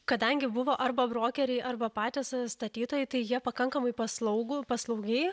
kadangi buvo arba brokeriai arba patys statytojai tai jie pakankamai paslaugų paslaugiai